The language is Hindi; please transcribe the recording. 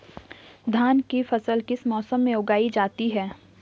धान की फसल किस मौसम में उगाई जाती है?